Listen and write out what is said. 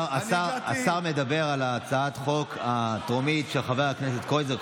השר מדבר על הצעת החוק הטרומית של חבר הכנסת קרויזר,